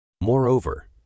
Moreover